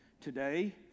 Today